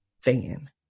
fan